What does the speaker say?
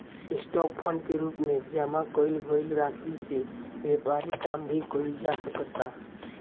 stock fund के रूप में जामा कईल गईल राशि से व्यापारिक काम भी कईल जा सकता